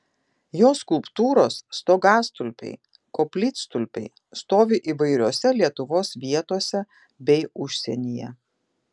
jo skulptūros stogastulpiai koplytstulpiai stovi įvairiose lietuvos vietose bei užsienyje